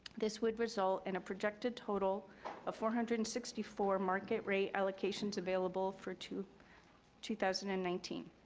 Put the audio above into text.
this would result in a projected total of four hundred and sixty four market rate allocations available for two two thousand and nineteen.